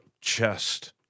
chest